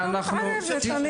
ערבים.